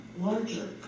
larger